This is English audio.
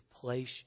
place